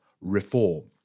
reform